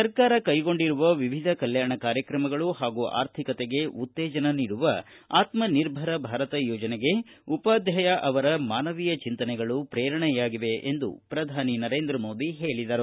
ಸರ್ಕಾರವು ಕೈಗೊಂಡಿರುವ ವಿವಿಧ ಕಲ್ಕಾಣ ಕಾರ್ಯತ್ರಮಗಳು ಪಾಗೂ ಆರ್ಥಿಕತೆಗೆ ಉತ್ತೇಜನ ನೀಡುವ ಆತ್ಮನಿರ್ಭರ್ ಭಾರತ್ ಯೋಜನೆಗೆ ಉಪಾಧ್ಯಾಯ ಅವರ ಮಾನವೀಯ ಚಿಂತನೆಗಳು ಪ್ರೇರಣೆಯಾಗಿವೆ ಎಂದು ಪ್ರಧಾನಿ ನರೇಂದ್ರ ಮೋದಿ ಹೇಳಿದರು